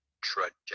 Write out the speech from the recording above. trajectory